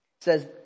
says